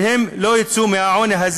שהם לא יצאו ממנו.